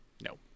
No